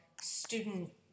student